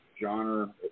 genre